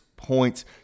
points